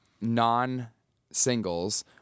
non-singles